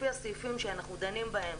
לפי הסעיפים שאנחנו דנים בהם,